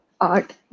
art